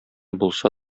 булса